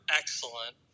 excellent